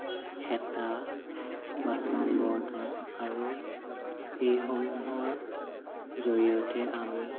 হেতা বাচন বৰ্তন আৰু এইসমূহৰ জৰিয়তে আমি